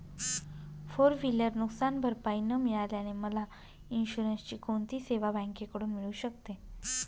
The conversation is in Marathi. फोर व्हिलर नुकसानभरपाई न मिळाल्याने मला इन्शुरन्सची कोणती सेवा बँकेकडून मिळू शकते?